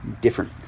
different